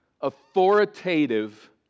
authoritative